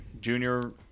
junior